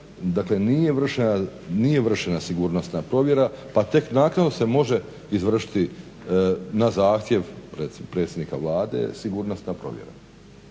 dakle nije vršena sigurnosna provjera, pa tek naknadno se može izvršiti na zahtjev predsjednika Vlade sigurnosna provjera.